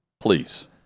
please